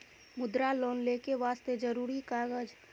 मुद्रा लोन लेके वास्ते जरुरी कागज?